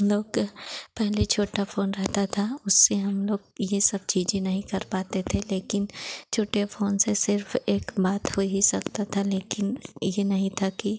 लोग पहले छोटा फ़ोन रहता था उससे हम लोग ये सब चीज़ें नहीं कर पाते थे लेकिन छोटे फ़ोन से सिर्फ एक बात हो ही सकता था लेकिन यह नहीं था कि